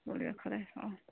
تُل بیٚہہ خۄدایس حوال